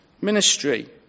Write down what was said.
ministry